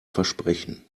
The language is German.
versprechen